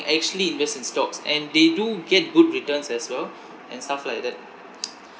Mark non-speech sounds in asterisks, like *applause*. actually invest in stocks and they do get good returns as well and stuff like that *noise*